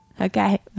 Okay